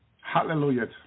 Hallelujah